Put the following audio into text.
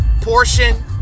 portion